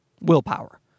willpower